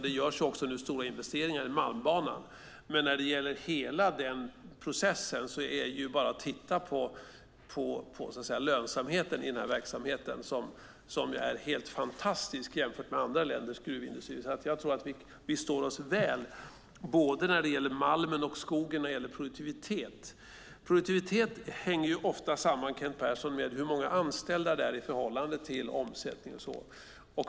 Det görs nu också stora investeringar i Malmbanan. När det gäller hela den processen är det bara att titta på lönsamheten i verksamheten som är helt fantastisk jämfört med andra länders gruvindustri. Jag tror att vi står oss väl när det gäller både malmen och skogen i fråga om produktivitet. Produktivitet hänger ju ofta, Kent Persson, samman med hur många anställda det är i förhållande till omsättningen.